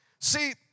See